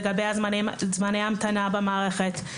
לגבי זמני המתנה במערכת.